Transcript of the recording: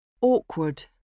Awkward